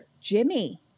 Jimmy